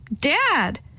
Dad